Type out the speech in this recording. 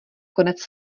konec